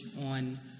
on